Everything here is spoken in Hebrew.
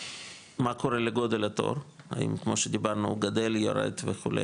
מה קורה לגודל התור, כמו שדיברנו, גדל, יורד וכו'.